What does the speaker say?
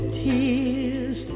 tears